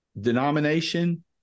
denomination